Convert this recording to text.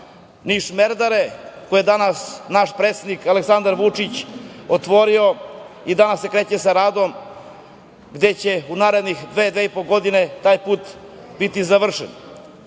Niš-Merdare, koji je danas naš predsednik Aleksandar Vučić otvorio, danas kreće sa radovima, gde će u naredne dve, dve i po godine taj put biti završen.